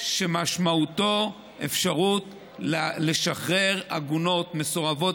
שמשמעותו אפשרות לשחרר עגונות מסורבות